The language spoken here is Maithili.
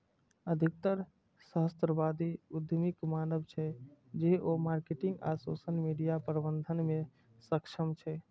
अधिकतर सहस्राब्दी उद्यमीक मानब छै, जे ओ मार्केटिंग आ सोशल मीडिया प्रबंधन मे सक्षम छै